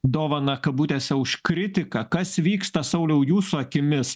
dovaną kabutėse už kritiką kas vyksta sauliau jūsų akimis